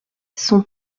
sont